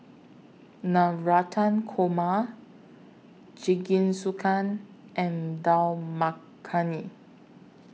Navratan Korma Jingisukan and Dal Makhani